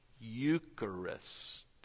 Eucharist